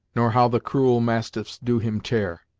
nor how the cruel mastiffs do him tear,